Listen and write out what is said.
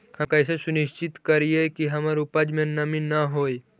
हम कैसे सुनिश्चित करिअई कि हमर उपज में नमी न होय?